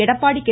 Edappadi K